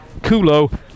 Kulo